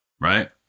right